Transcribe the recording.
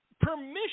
permission